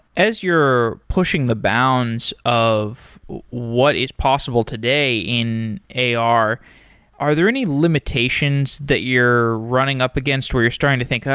as you're pushing the bounds of what is possible today in ar, are there any limitations that you're running up against where you're starting to think,